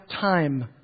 time